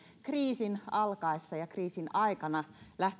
kriisin alkaessa ja kriisin aikana